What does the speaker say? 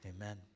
amen